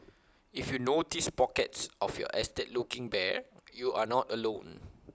if you notice pockets of your estate looking bare you are not alone